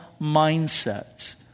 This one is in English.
mindset